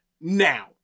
Now